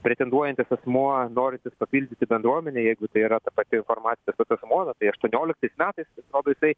pretenduojantis asmuo norintis papildyti bendruomenę jeigu tai yra ta pati informacija apie tą žmoną tai aštuonioliktais metais pasirodo jisai